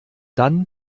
dann